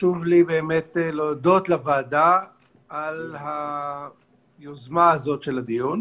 חשוב לי באמת להודות לוועדה על היוזמה הזאת של הדיון,